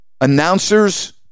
announcers